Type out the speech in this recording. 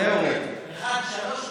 2 יורד, 1 ו-3 נשארים.